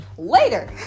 later